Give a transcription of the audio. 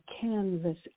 canvas